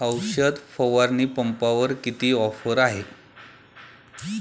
औषध फवारणी पंपावर किती ऑफर आहे?